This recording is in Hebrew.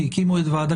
כי הקימו את הוועדה,